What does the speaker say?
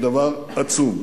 זה דבר עצום.